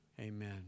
amen